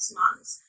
months